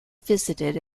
visited